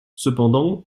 cependant